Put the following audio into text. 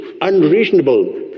unreasonable